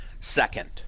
second